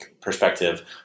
perspective